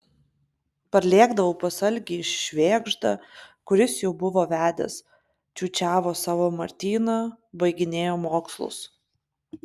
parlėkdavau pas algį švėgždą kuris jau buvo vedęs čiūčiavo savo martyną baiginėjo mokslus